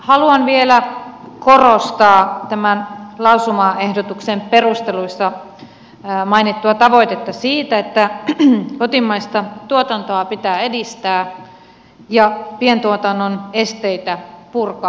haluan vielä korostaa tämän lausumaehdotuksen perusteluissa mainittua tavoitetta siitä että kotimaista tuotantoa pitää edistää ja pientuotannon esteitä purkaa